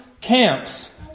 camps